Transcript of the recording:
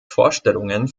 vorstellungen